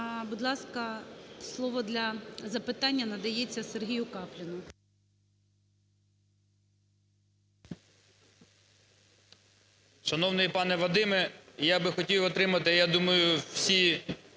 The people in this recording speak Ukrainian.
Будь ласка, слово для запитання надається Сергію Капліну.